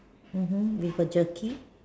mmhmm with a jerky